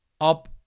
up